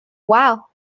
wow